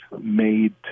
made